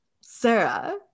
Sarah